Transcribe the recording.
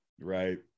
Right